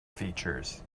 features